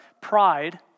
pride